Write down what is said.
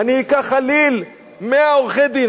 אני אקח חליל, מאה עורכי-דין.